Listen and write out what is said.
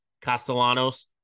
Castellanos